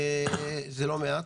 זה לא מעט.